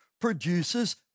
produces